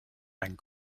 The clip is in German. einen